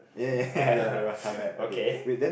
ya ya okay